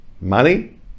money